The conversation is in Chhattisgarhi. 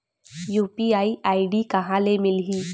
यू.पी.आई आई.डी कहां ले मिलही?